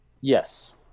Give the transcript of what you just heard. Yes